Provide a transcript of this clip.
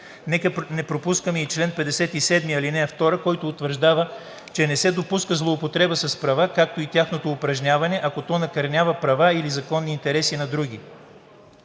Нека не пропускаме и чл. 57, ал. 2, който утвърждава, че не се допуска злоупотреба с права, както и тяхното упражняване, ако то накърнява права или законни интереси на други.